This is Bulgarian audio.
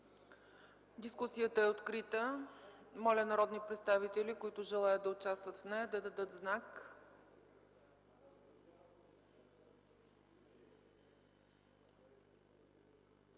Дискусията е открита. Моля народни представители, които желаят да участват в нея, да дадат знак.